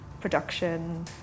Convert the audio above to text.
production